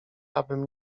abym